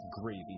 gravy